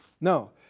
no